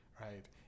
right